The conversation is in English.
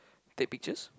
take pictures